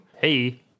Hey